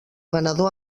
venedor